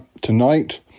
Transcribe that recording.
Tonight